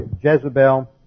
Jezebel